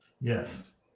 Yes